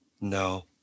no